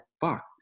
fuck